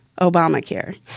Obamacare